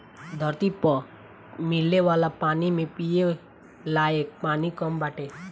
धरती पअ मिले वाला पानी में पिये लायक पानी कम बाटे